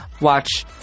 Watch